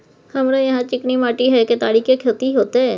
हमरा यहाँ चिकनी माटी हय केतारी के खेती होते?